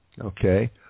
Okay